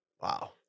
Wow